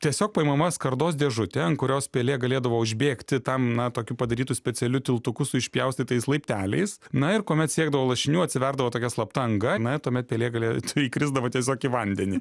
tiesiog paimama skardos dėžutė ant kurios pelė galėdavo užbėgti tam na tokiu padarytu specialiu tiltuku su išpjaustytais laipteliais na ir kuomet siekdavo lašinių atsiverdavo tokia slapta anga na ir tuomet pelė galėtų įkrisdavo tiesiog į vandenį